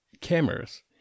cameras